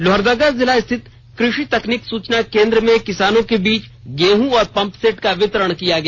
लोहरदगा जिला स्थित कृषि तकनीक सूचना केंद्र में किसानों के बीच गेहूं और पंपसेट का वितरण किया गया